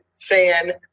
fan